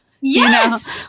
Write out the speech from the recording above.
Yes